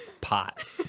Pot